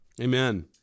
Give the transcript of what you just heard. Amen